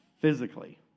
physically